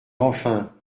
enfin